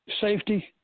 safety